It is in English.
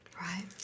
Right